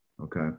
Okay